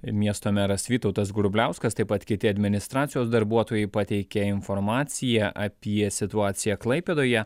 miesto meras vytautas grubliauskas taip pat kiti administracijos darbuotojai pateikė informaciją apie situaciją klaipėdoje